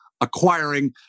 acquiring